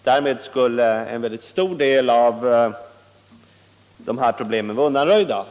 Därmed skulle en väldigt stor del av dessa problem vara | undanröjda.